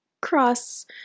cross